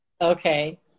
okay